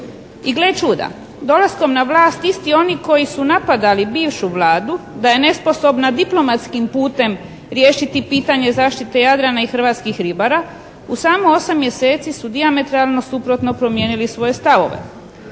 I gle čuda, dolaskom na vlast isti oni koji su napadali bivšu Vladu da je nesposobna diplomatskim putem riješiti pitanje zaštite Jadrana i hrvatskih ribara u samo osam mjeseci su dijametralno suprotno promijenili svoje stavove.